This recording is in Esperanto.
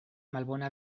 malbona